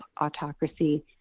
autocracy